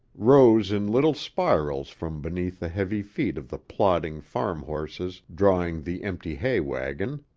rose in little spirals from beneath the heavy feet of the plodding farm-horses drawing the empty hay-wagon,